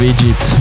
Egypt